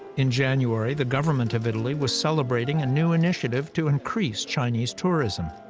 in january, the government of italy was celebrating a new initiative to increase chinese tourism.